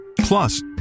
plus